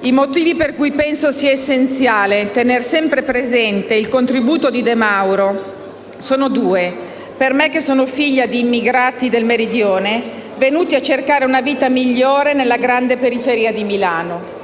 I motivi per cui penso sia essenziale tener sempre presente il contributo di De Mauro, per me che sono figlia di immigrati del Meridione, venuti a cercare una vita migliore nella grande periferia di Milano,